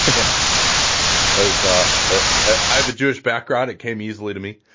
and as ah ah ah i've a jewish background, it came easily to me.